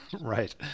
Right